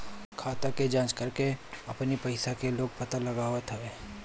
खाता के जाँच करके अपनी पईसा के लोग पता लगावत हवे